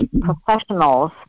professionals